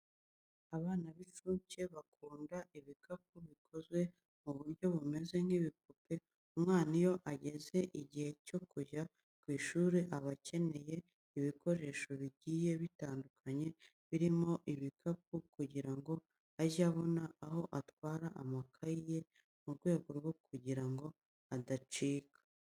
Abana b'inshuke bakunda ibikapu bikoze mu buryo bumeze nk'ibipupe. Umwana iyo ageze igihe cyo kujya ku ishuri aba akeneye ibikoresho bigiye bitandukanye, birimo n'ibikapu kugira ngo ajye abona aho atwara amakayi ye mu rwego rwo kugira ngo adacika.